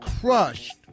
crushed